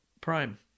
Prime